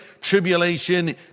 tribulation